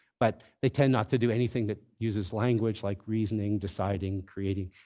but they tend not to do anything that uses language like reasoning, deciding, creating,